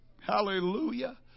Hallelujah